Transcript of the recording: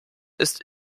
ist